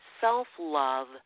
self-love